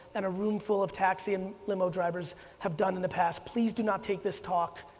and a room full of taxi and limo drivers have done in the past, please do not take this talk